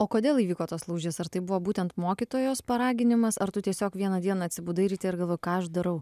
o kodėl įvyko tas lūžis ar tai buvo būtent mokytojos paraginimas ar tu tiesiog vieną dieną atsibudai ryte ir galvoji ką aš darau